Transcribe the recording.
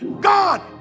god